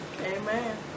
Amen